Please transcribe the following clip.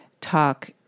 talk